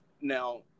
Now